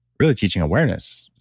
really teaching awareness.